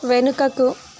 వెనుకకు